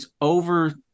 over